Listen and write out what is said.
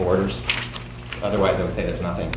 orders otherwise i would say there's nothing